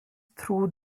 through